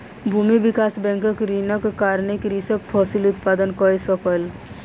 भूमि विकास बैंकक ऋणक कारणेँ कृषक फसिल उत्पादन कय सकल